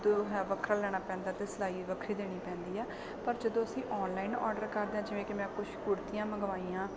ਜੋ ਹੈ ਵੱਖਰਾ ਲੈਣਾ ਪੈਂਦਾ ਅਤੇ ਸਿਲਾਈ ਵੀ ਵੱਖਰੀ ਦੇਣੀ ਪੈਂਦੀ ਹੈ ਪਰ ਜਦੋਂ ਅਸੀਂ ਔਨਲਾਈਨ ਓਡਰ ਕਰਦੇ ਹੈ ਜਿਵੇਂ ਕਿ ਮੈਂ ਕੁਛ ਕੁੜਤੀਆਂ ਮੰਗਵਾਈਆਂ